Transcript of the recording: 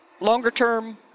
Longer-term